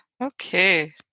Okay